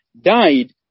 died